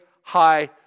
high